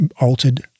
altered